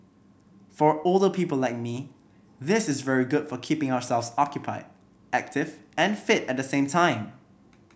for older people like me this is very good for keeping ourselves occupied active and fit at the same time